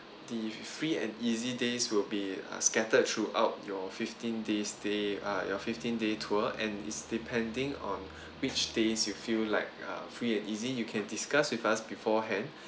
the free and easy days will be uh scattered throughout your fifteen days stay uh your fifteen day tour and it's depending on which days you feel like uh free and easy you can discuss with us beforehand